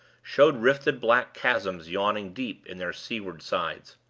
showed rifted black chasms yawning deep in their seaward sides.